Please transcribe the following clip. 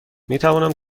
میتوانم